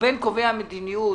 ובין קובעי המדיניות